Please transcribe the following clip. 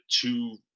two